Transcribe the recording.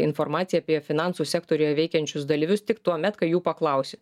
informaciją apie finansų sektoriuje veikiančius dalyvius tik tuomet kai jų paklausi